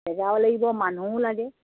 জেগাও লাগিব মানুহো লাগে